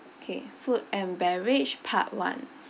okay food and beverage part one